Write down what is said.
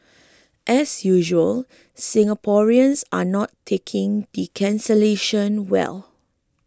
as usual Singaporeans are not taking the cancellation well